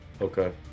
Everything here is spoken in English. Okay